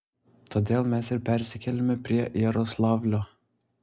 todėl mes ir persikėlėme prie jaroslavlio